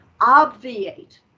obviate